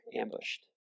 ambushed